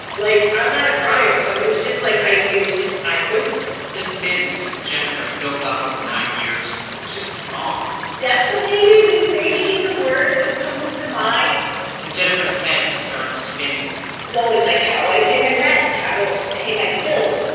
like, i'm not a crier, but it was just, like, i it was just i couldn't this business that jennifer had built up over nine years was just gone decimated is maybe the word that comes to mind and jennifer's head started spinning going like, how do i pay my rent? how do i pay my bills?